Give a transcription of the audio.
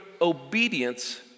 obedience